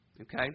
Okay